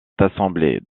assemblées